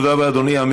תודה רבה, אדוני.